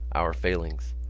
our failings.